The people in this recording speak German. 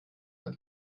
ein